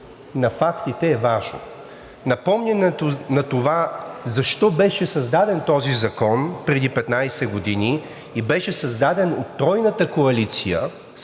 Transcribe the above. на фактите е важно. Напомнянето на това защо беше създаден този закон преди 15 години, и беше създаден от Тройната коалиция